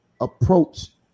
approach